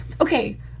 Okay